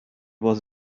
was